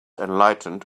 enlightened